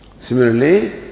Similarly